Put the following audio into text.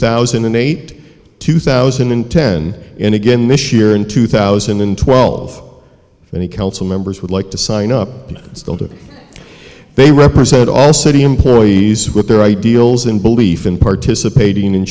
thousand and eight two thousand and ten and again this year in two thousand and twelve twenty council members would like to sign up and still do they represent all city employees with their ideals and belief in participating in